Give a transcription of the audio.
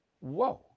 Whoa